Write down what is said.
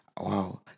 Wow